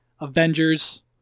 Avengers